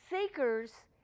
Seekers